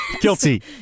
Guilty